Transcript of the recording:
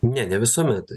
ne ne visuomet